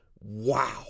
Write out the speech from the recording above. wow